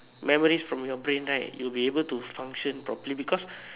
memories from your brain right you will be able to function properly because